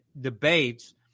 debates